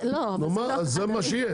זה מה שיהיה